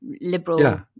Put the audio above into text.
liberal